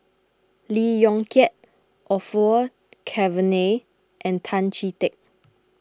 Lee Yong Kiat Orfeur Cavenagh and Tan Chee Teck